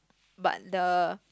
but the